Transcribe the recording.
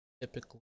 ...typically